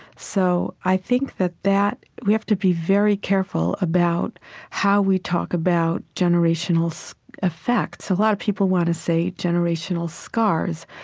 so i think that that we have to be very careful about how we talk about generational so effects. a lot of people want to say generational scars,